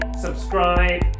subscribe